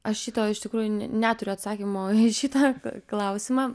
aš šito iš tikrųjų ne neturiu atsakymo į šitą klausimą